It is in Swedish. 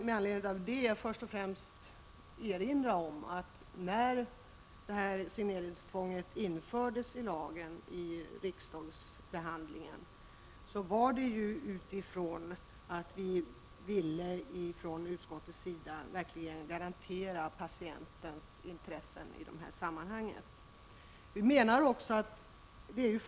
Med anledning härav vill jag först och främst erinra om att då detta tvång infördes i lagen skedde det därför att riksdagen ville garantera att patientens intressen i detta sammanhang verkligen togs till vara.